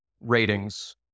ratings